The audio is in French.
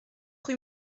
rue